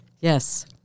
yes